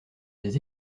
des